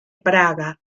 praga